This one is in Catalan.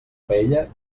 paella